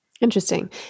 Interesting